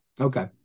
Okay